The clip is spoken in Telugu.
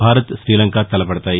భారత్ శీలంక తలపడతాయి